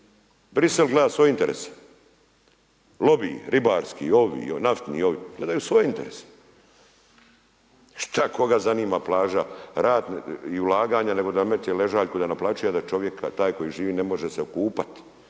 Bruxelles gleda svoj interes, lobiji ribarski, ovi, naftni i ovi gledaju svoje interese. Šta koga zanima plaža Rat i ulaganje nego da metne ležaljku i da naplaćuje, a da čovjek taj koji živi ne može se okupat,